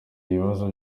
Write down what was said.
ibibazo